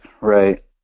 right